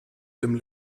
dem